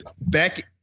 back